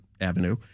Avenue